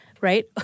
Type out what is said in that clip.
right